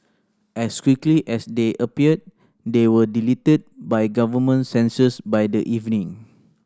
as quickly as they appeared they were deleted by government censors by the evening